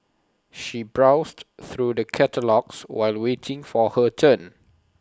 she browsed through the catalogues while waiting for her turn